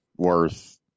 worth